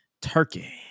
turkey